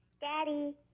Daddy